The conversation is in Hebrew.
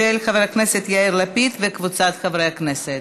של חבר הכנסת יאיר לפיד וקבוצת חברי הכנסת.